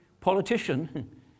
Politician